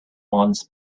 months